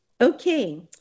okay